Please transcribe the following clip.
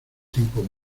tiempo